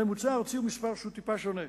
הממוצע הארצי הוא מספר טיפה שונה,